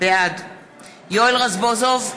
בעד יואל רזבוזוב,